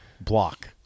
Block